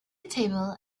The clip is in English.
table